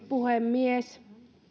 puhemies